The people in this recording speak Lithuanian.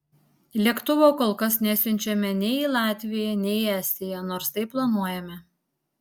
lėktuvo kol kas nesiunčiame nei į latviją nei į estiją nors tai planuojame